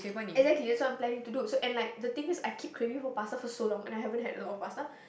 exactly that's why I'm planning to do so and like the thing is I keep craving for pasta for so long and I haven't had a lot of pasta